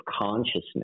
consciousness